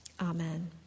amen